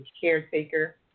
caretaker